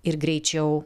ir greičiau